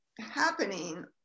happening